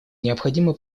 необходимо